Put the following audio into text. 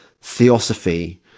theosophy